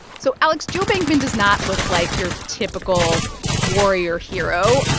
so, alex, joe bankman does not look like your typical warrior hero.